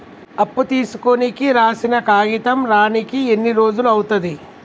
అప్పు తీసుకోనికి రాసిన కాగితం రానీకి ఎన్ని రోజులు అవుతది?